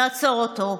לעצור אותו,